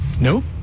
No